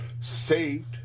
saved